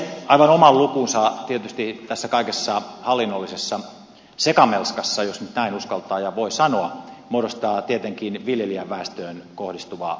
aivan oman lukunsa tietysti tässä kaikessa hallinnollisessa sekamelskassa jos nyt näin uskaltaa ja voi sanoa muodostaa tietenkin viljelijäväestöön kohdistuva hallinnollinen taakka